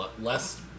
less